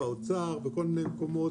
באוצר ובכל מיני מקומות,